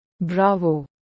Bravo